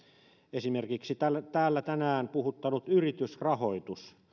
esimerkiksi täällä tänään puhuttanut yritysrahoitus